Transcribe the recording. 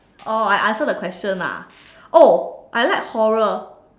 oh I answer the question ah oh I like horror